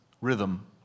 rhythm